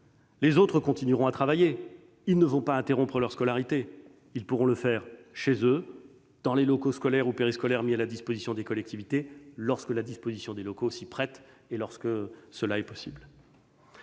Les autres continueront à travailler et n'interrompront pas leur scolarité : ils pourront le faire chez eux ou dans les locaux scolaires ou périscolaires mis à la disposition des collectivités, lorsque la disposition des locaux s'y prête et lorsque cela est possible.